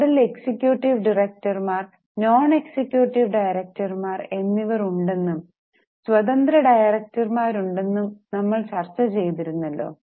ബോർഡിൽ എക്സിക്യൂട്ടീവ് ഡയറക്ടർമാർ non executive ഡയറക്ടർമാർ എന്നിവർ ഉണ്ടെന്നും സ്വതന്ത്ര ഡയറക്ടർമാരുണ്ടെന്നും നമ്മൾ ചർച്ച ചെയ്തിരുന്നല്ലോ